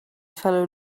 fellow